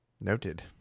Noted